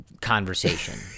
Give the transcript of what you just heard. conversation